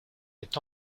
est